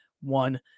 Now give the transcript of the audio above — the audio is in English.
one